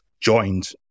joined